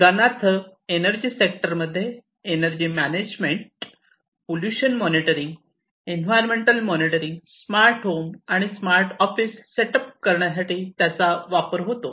उदाहरणार्थ एनर्जी सेक्टरमध्ये energy management pollution monitoring environmental monitoring smart home आणि स्मार्ट ऑफिस सेट अप करण्यासाठी वापर होतो